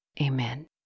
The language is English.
Amen